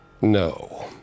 No